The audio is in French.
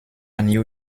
new